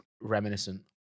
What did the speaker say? reminiscent